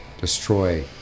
destroy